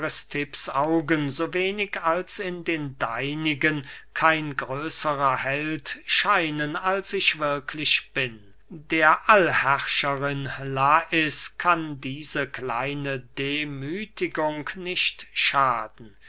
augen so wenig als in den deinigen kein größerer held scheinen als ich wirklich bin der allherrscherin lais kann diese kleine demüthigung nicht schaden